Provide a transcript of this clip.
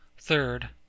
Third